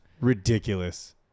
ridiculous